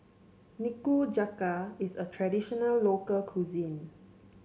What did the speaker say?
nikujaga is a traditional local cuisine